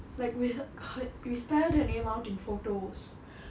like we heard we spelt her name out in photos